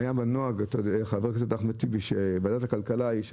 היה נוהג, חבר הכנסת אחמד טיבי, שוועדת הכלכלה של